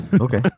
okay